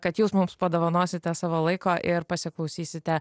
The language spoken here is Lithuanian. kad jūs mums padovanosite savo laiko ir pasiklausysite